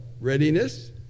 readiness